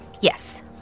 Yes